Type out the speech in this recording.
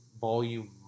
volume